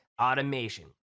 automation